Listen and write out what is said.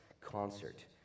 concert